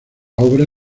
obra